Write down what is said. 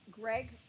Greg